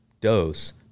dose